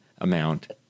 amount